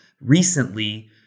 recently